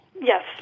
Yes